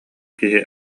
киһи